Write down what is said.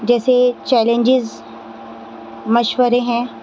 جیسے چیلنجز مشورے ہیں